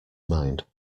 mind